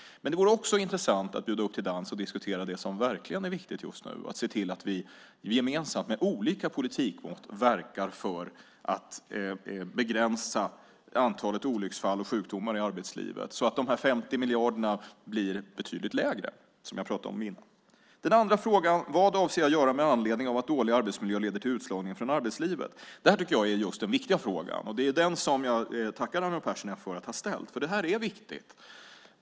Men det vore också intressant att bjuda upp till dans och diskutera det som verkligen är viktigt just nu, nämligen se till att vi gemensamt med olika politikmått verkar för att begränsa antalet olycksfall och sjukdomar i arbetslivet så att de 50 miljarderna blir betydligt lägre, som jag pratade om. Den andra frågan var: Vad avser jag att göra med anledning av att dålig arbetsmiljö leder till utslagning från arbetslivet? Det tycker jag är den viktiga frågan. Jag tackar Raimo Pärssinen för att ha ställt den. Det är viktigt.